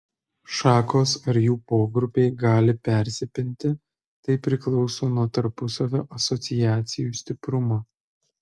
šakos ar jų pogrupiai gali persipinti tai priklauso nuo tarpusavio asociacijų stiprumo